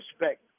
respect